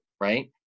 right